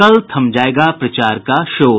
कल थम जायेगा प्रचार का शोर